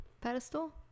pedestal